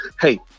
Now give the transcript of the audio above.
hey